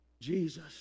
Jesus